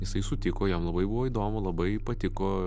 jisai sutiko jam labai buvo įdomu labai patiko